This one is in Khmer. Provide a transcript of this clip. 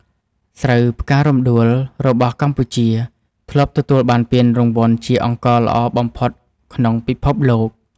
ស្រូវផ្ការំដួលរបស់កម្ពុជា ធ្លាប់ទទួលបានពានរង្វាន់ជាអង្ករល្អបំផុតក្នុងពិភពលោក។